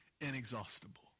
inexhaustible